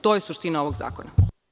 To je suština ovog zakona.